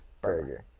burger